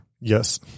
Yes